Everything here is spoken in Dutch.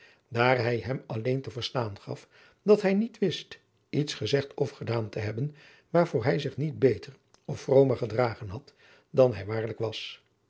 daar hij hem alleen te verstaan gaf dat hij niet wist iets gezegd of gedaan te hebben waardoor hij zich beter of vromer gedragen had dan hij waarlijk was